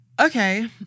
Okay